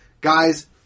Guys